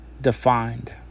defined